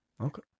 Okay